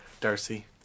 Darcy